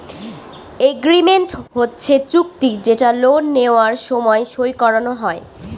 agreement হচ্ছে চুক্তি যেটা লোন নেওয়ার সময় সই করানো হয়